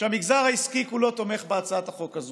שהמגזר העסקי כולו תומך בהצעת החוק הזו.